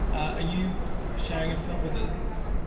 ah you sharing a film with us?